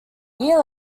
year